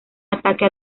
ataque